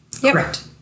Correct